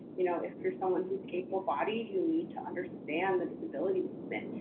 you know if you're someone who's able bodied, you need to understand the disability movement.